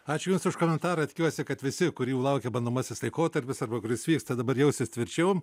ačiū jums už komentarą tikiuosi kad visi kurių laukia bandomasis laikotarpis arba kuris vyksta dabar jausis tvirčiau